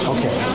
Okay